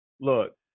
Look